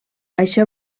això